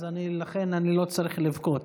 לכן אני לא צריך לבכות.